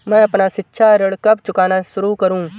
मैं अपना शिक्षा ऋण कब चुकाना शुरू करूँ?